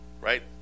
Right